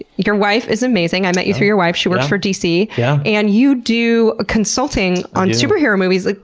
your wife is amazing, i met you through your wife, she works for dc. dc. yeah and you do ah consulting on superhero movies. like